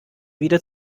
wieder